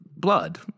Blood